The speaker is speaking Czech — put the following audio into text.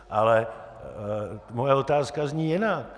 Ale moje otázka zní jinak.